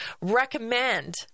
recommend